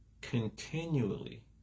continually